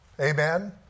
Amen